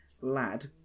lad